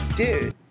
dude